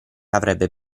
avrebbe